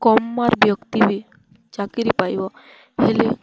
କମ୍ mark ବ୍ୟକ୍ତି ବି ଚାକିରି ପାଇବ ହେଲେ